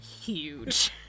huge